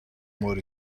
more